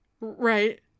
Right